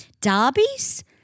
Derbies